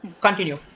continue